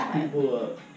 people